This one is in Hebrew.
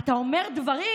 אתה אומר דברים